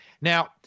Now